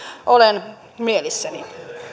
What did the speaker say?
olen mielissäni